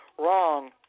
Wrong